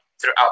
throughout